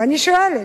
ואני שואלת: